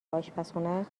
آشپزخونه